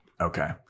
okay